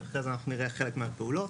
אחרי זה נראה חלק מהפעולות.